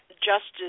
justice